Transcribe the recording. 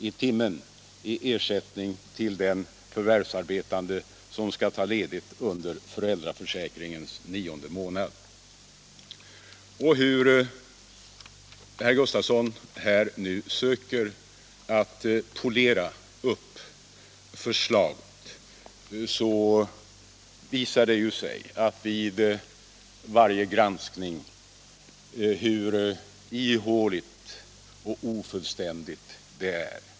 i timmen i ersättning till den förvärvsarbetande som skall ta ledigt under föräldraförsäkringens nionde månad. Herr Gustavsson söker nu att polera upp förslaget, men varje granskning visar hur ihåligt och ofullständigt det är.